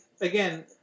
again